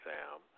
Sam